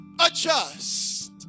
adjust